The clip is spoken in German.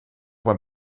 beim